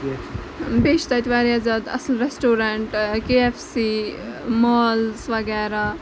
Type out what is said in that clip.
بیٚیہِ چھِ تَتہِ واریاہ زیادٕ اَصٕل restaurant K F C malls وغیرہ